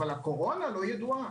אבל הקורונה לא ידועה.